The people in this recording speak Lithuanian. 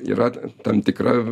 yra tam tikra